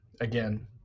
Again